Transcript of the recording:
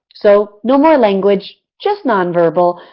so no more language, just non-verbal.